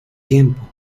tiempo